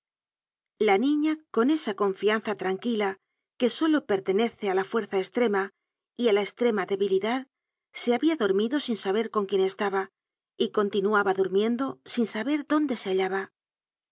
la niña con esa con fianza tranquila que solo pertenece á la fuerza eslrema y á la estrema debilidad se habia dormido sin saber con quién estaba y continuaba durmiendo sin saber dónde se hallaba